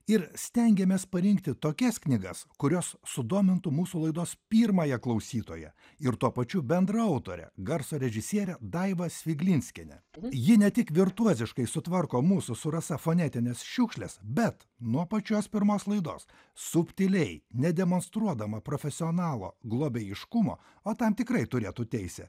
ir stengiamės parinkti tokias knygas kurios sudomintų mūsų laidos pirmąją klausytoją ir tuo pačiu bendraautorę garso režisierę daivą sviglinskienę ji ne tik virtuoziškai sutvarko mūsų su rasa fonetines šiukšles bet nuo pačios pirmos laidos subtiliai nedemonstruodama profesionalo globėjiškumo o tam tikrai turėtų teisę